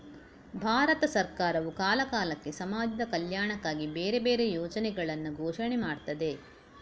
ಭಾರತ ಸರಕಾರವು ಕಾಲ ಕಾಲಕ್ಕೆ ಸಮಾಜದ ಕಲ್ಯಾಣಕ್ಕಾಗಿ ಬೇರೆ ಬೇರೆ ಯೋಜನೆಗಳನ್ನ ಘೋಷಣೆ ಮಾಡ್ತದೆ